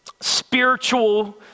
spiritual